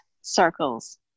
circles